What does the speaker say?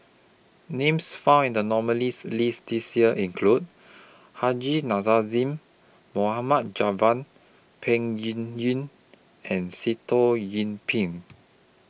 Names found in The nominees' list This Year include Haji Nazazie Mohamed Javad Peng Yuyun and Sitoh Yih Pin